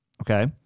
okay